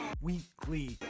Weekly